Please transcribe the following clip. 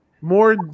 more